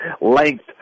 length